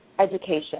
education